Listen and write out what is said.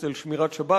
שמירת שבת,